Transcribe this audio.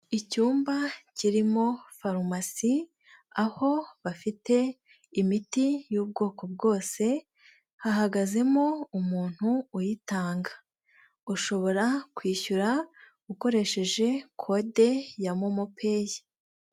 Icyumba kirimo farumasi aho bafite imiti y'ubwoko bwose, hahagazemo umuntu uyitanga, ushobora kwishyura ukoresheje kode ya momopeyi.